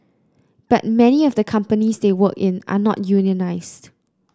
but many of the companies they work in are not unionised